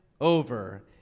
over